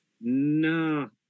No